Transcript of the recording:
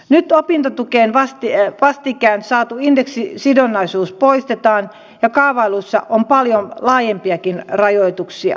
nyt opintotukeen vastikään saatu indeksisidonnaisuus poistetaan ja kaavailuissa on paljon laajempiakin rajoituksia